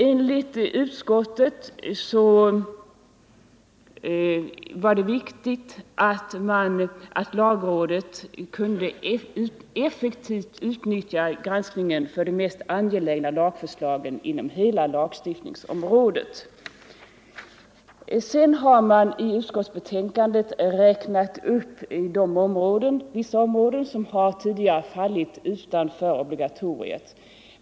Enligt utskottet var det viktigt att man kunde effektivt utnyttja granskningen för de mest angelägna lagförslagen inom hela lagstiftningsområdet. Sedan räknas i utskottsbetänkandet upp vissa områden som tidigare fallit utanför obligatoriet.